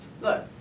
Look